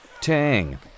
tang